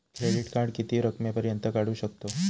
Credit card किती रकमेपर्यंत काढू शकतव?